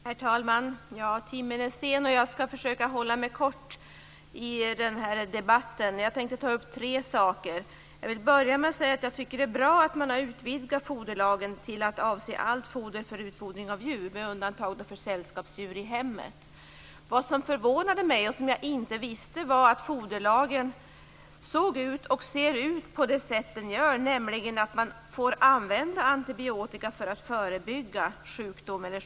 Herr talman! Timmen är sen, så jag skall försöka fatta mig kort. Jag tänkte ta upp tre saker. Jag vill börja med att säga att jag tycker att det är bra att man har utvidgat foderlagen till att avse allt foder för utfodring av djur med undantag av sällskapsdjur i hemmet. Vad som förvånade mig och som jag inte visste var att foderlagen såg ut och ser ut på det sätt som den gör, nämligen att man får använda antibiotika för att förebygga sjukdomar.